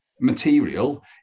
material